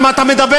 על מה אתה מדבר?